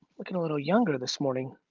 lookin' a little younger this morning,